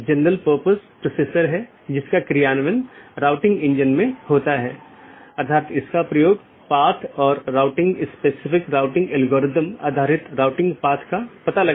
एक AS traffic की निश्चित श्रेणी के लिए एक विशेष AS पाथ का उपयोग करने के लिए ट्रैफिक को अनुकूलित कर सकता है